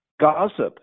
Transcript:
gossip